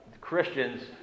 christians